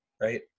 right